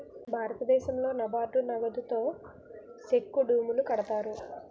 భారతదేశంలో నాబార్డు నగదుతో సెక్కు డ్యాములు కడతారు